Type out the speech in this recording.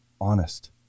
honest